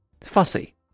Fussy